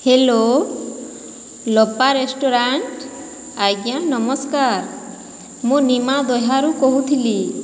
hello Lopa restaurant ଆଜ୍ଞା ନମସ୍କାର ମୁଁ ନିମା ଦହ୍ୟାରୁ କହୁଥିଲି